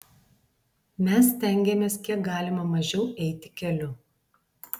mes stengiamės kiek galima mažiau eiti keliu